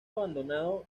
abandonado